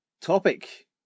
Topic